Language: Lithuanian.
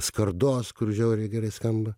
skardos kur žiauriai gerai skamba